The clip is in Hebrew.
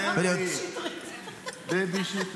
דבי, לא דבי שטרית.